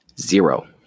Zero